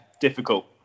difficult